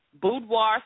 Boudoir